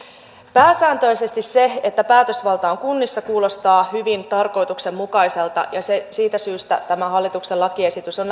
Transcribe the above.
pääsääntöisesti se että päätösvalta on kunnissa kuulostaa hyvin tarkoituksenmukaiselta ja siitä syystä tämä hallituksen lakiesitys on